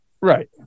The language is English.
Right